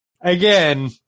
again